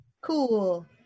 Cool